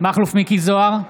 מכלוף מיקי זוהר,